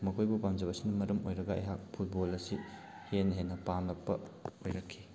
ꯃꯈꯣꯏꯕꯨ ꯄꯥꯝꯖꯕ ꯑꯁꯤꯅ ꯃꯔꯝ ꯑꯣꯏꯔꯒ ꯑꯩꯍꯥꯛ ꯐꯨꯠꯕꯣꯜ ꯑꯁꯤ ꯍꯦꯟꯅ ꯍꯦꯟꯅ ꯄꯥꯝꯂꯛꯄ ꯑꯣꯏꯔꯛꯈꯤ